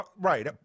Right